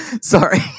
Sorry